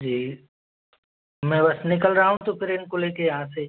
जी मैं बस निकल रहा हूँ तो फिर इनको लेकर यहाँ से